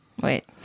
Wait